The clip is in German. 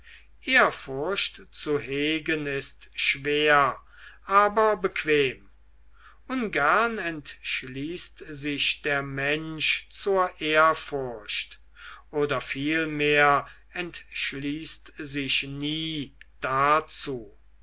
ehrfurcht zu hegen ist schwer aber bequem ungern entschließt sich der mensch zur ehrfurcht oder vielmehr entschließt sich nie dazu